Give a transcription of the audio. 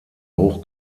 hoch